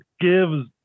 gives